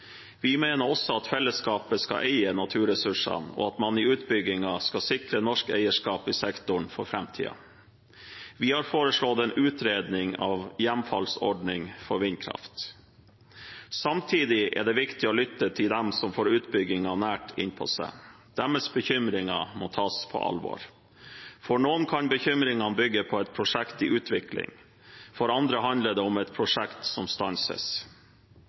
Vi mener også at fellesskapet skal eie naturressursene, og at man i utbyggingen skal sikre norsk eierskap i sektoren for framtiden. Vi har foreslått en utredning av hjemfallsordning for vindkraft. Samtidig er det viktig å lytte til dem som får utbyggingen nær innpå seg. Deres bekymringer må tas på alvor. For noen kan bekymringene bygge på et prosjekt i utvikling. For andre handler det om et prosjekt som stanses.